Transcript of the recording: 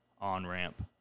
on-ramp